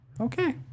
Okay